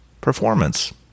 performance